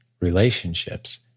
relationships